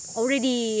already